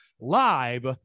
live